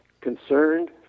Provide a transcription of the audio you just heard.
concerned